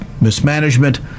mismanagement